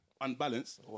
unbalanced